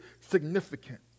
significant